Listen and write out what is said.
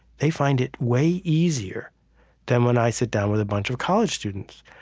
they find it way easier than when i sit down with a bunch of college students.